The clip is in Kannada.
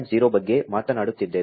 0 ಬಗ್ಗೆ ಮಾತನಾಡುತ್ತಿದ್ದೇವೆ